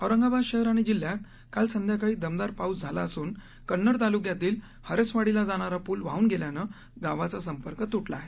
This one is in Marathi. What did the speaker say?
औरंगाबाद शहर आणि जिल्हात काल संध्याकाळी दमदार पाऊस झाला असून कन्नड तालुक्यातील हरसवाडीला जाणारा पूल वाहन गेल्याने गावाचा संपर्क तुटला आहे